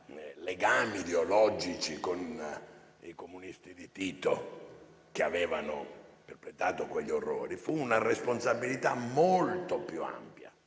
legami ideologici con i comunisti di Tito che avevano perpetrato quegli orrori, ma fu una responsabilità molto più ampia.